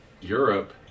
Europe